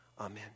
Amen